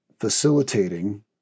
facilitating